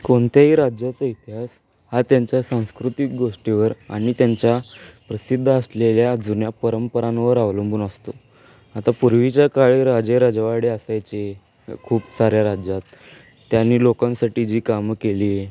कोणत्याही राज्याचा इतिहास हा त्यांच्या सांस्कृतिक गोष्टीवर आणि त्यांच्या प्रसिद्ध असलेल्या जुन्या परंपरांवर अवलंबून असतो आता पूर्वीच्या काळी राजे राजवाडे असायचे खूप साऱ्या राज्यात त्यांनी लोकांसाठी जी कामं केली आहे